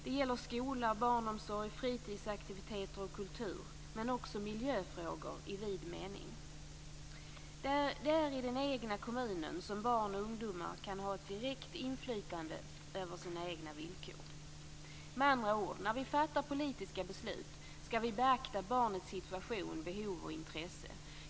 Det gäller skola och barnomsorg, fritidsaktiviteter och kultur, men också miljöfrågor i vid mening. Det är i den egna kommunen som barn och ungdomar kan ha ett direkt inflytande över sina egna villkor. Med andra ord skall vi när vi fattar politiska beslut beakta barnets situation, behov och intresse.